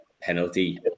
penalty